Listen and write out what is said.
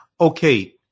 okay